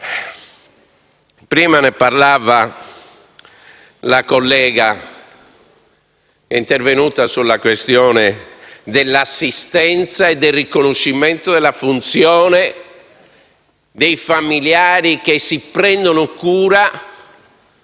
la senatrice Bignami, intervenendo sulla questione dell'assistenza e del riconoscimento della funzione dei famigliari che si prendono cura